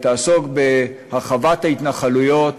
היא תעסוק בהרחבת ההתנחלויות